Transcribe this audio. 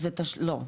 לא,